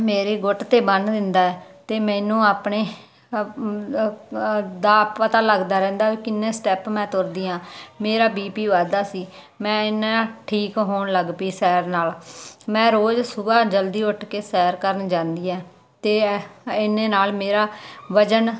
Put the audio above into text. ਮੇਰੇ ਗੁੱਟ ਤੇ ਬੰਨ ਦਿੰਦਾ ਹੈ ਮੈਨੂੰ ਆਪੇ ਦਾ ਆਪ ਪਤਾ ਲੱਗਦਾ ਰਹਿੰਦਾ ਵੀ ਕਿੰਨੇ ਸਟੈੱਪ ਮੈਂ ਤੁਰਦੀ ਆ ਮੇਰਾ ਬੀ ਪੀ ਵੱਧਦਾ ਸੀ ਮੈਂ ਇਹਦੇ ਨਾਲ ਠੀਕ ਹੋਣ ਲੱਗ ਪਈ ਸੈਰ ਨਾਲ ਮੈਂ ਰੋਜ ਸੁਬਹਾ ਜਲਦੀ ਉੱਠ ਕੇ ਸੈਰ ਕਰਨ ਜਾਂਦੀ ਆ ਤੇ ਇੰਨੇ ਨਾਲ ਮੇਰਾ ਵਜਨ